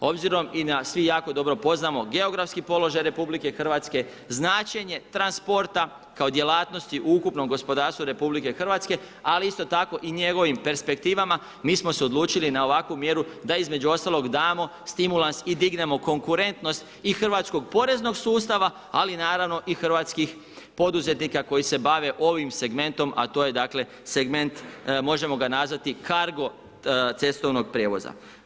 Obzirom i da svi jako dobro poznajemo geografski položaja RH, značenje transporta kao djelatnosti u ukupnom gospodarstvu RH, ali isto tako i njegovim perspektivama, mi smo se odlučili na ovakvu mjeru da između ostalog damo stimulans i dignemo konkurentnost i hrvatskog poreznog sustava, ali naravno i hrvatskih poduzetnika koji se bave ovim segmentom, a to je dakle segment, možemo ga nazvati cargo cestovnog prijevoza.